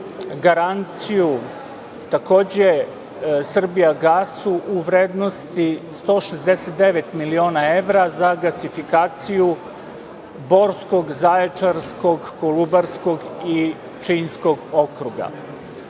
garanciju, takođe, Srbijagasu u vrednosti od 169 miliona evra za gasifikaciju Borskog, Zaječarskog, Kolubarskog i Pčinjskog okruga.